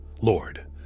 Lord